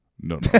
No